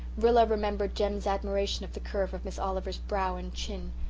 rilla remembered jem's admiration of the curve of miss oliver's brow and chin,